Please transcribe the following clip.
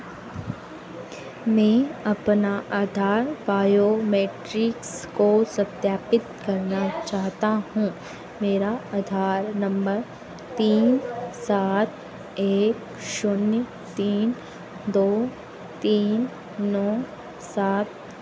मैं अपना आधार बायोमेट्रिक्स को सत्यापित करना चाहता हूँ मेरा आधार नम्बर तीन सात एक शून्य तीन दो तीन नौ सात